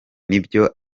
nibyo